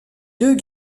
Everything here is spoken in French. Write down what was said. deux